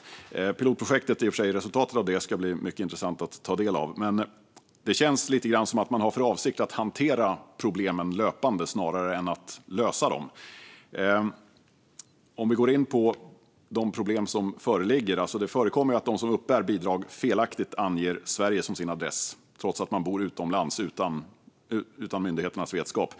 Resultatet av pilotprojektet ska i och för sig bli mycket intressant att ta del av. Men det känns lite grann som att man har för avsikt att hantera problemen löpande snarare än att lösa dem. Vi kan gå in på de problem som föreligger. Det förekommer att de som uppbär bidrag felaktigt anger en adress i Sverige trots att de bor utomlands utan myndigheternas vetskap.